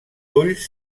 ulls